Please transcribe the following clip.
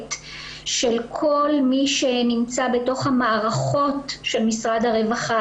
הכוללת של כל מי שנמצא בתוך המערכות של משרד הרווחה.